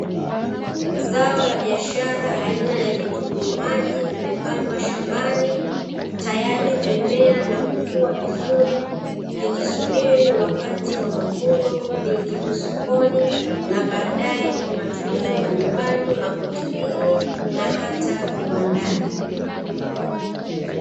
Zao la biashara aina ya vitunguu maji vimepandwa shambani, tayari vimemea na kukua vizuri, vikisubiri wakati wa mavuno viingizwe sokoni na baadaye kwa matumizi ya nyumbani, mahotelini na hata viwandani.